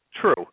true